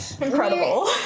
incredible